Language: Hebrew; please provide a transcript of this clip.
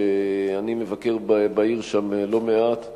שאני מבקר שם בעיר לא מעט,